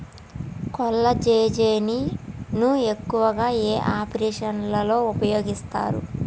కొల్లాజెజేని ను ఎక్కువగా ఏ ఆపరేషన్లలో ఉపయోగిస్తారు?